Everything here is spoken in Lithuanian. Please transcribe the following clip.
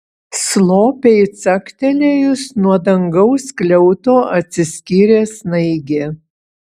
slopiai caktelėjus nuo dangaus skliauto atsiskyrė snaigė